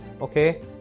Okay